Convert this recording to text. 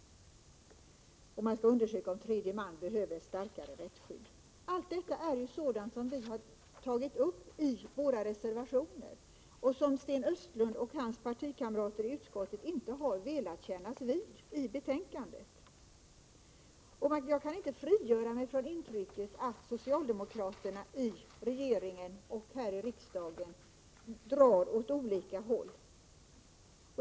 Man skall också undersöka om tredje man behöver ett starkare rättsskydd. Allt detta är sådant som vi har tagit upp i våra reservationer och som Sten Östlund och hans partikamrater i utskottet inte har velat kännas vid. Jag kan inte frigöra mig från intrycket att socialdemokraterna i regeringen och socialdemokraterna i riksdagen drar åt olika håll.